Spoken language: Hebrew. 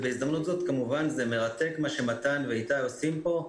זה מרתק מה שמתן ואיתי עושים פה,